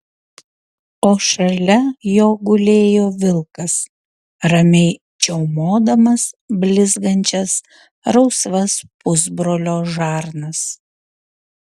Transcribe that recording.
o šalia jo gulėjo vilkas ramiai čiaumodamas blizgančias rausvas pusbrolio žarnas